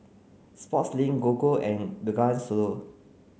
Sportslink Gogo and Bengawan Solo